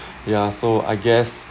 yeah so I guess